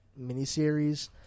miniseries